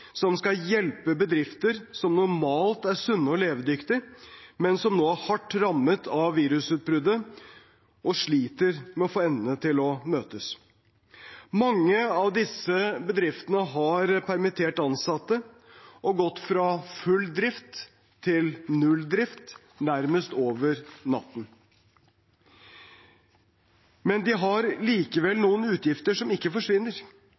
som skal hjelpe bedrifter som normalt er sunne og levedyktige, men som nå er hardt rammet av virusutbruddet og sliter med å få endene til å møtes. Mange av disse bedriftene har permittert ansatte og gått fra full drift til null drift nærmest over natten, men de har likevel noen utgifter som ikke forsvinner.